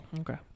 Okay